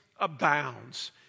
abounds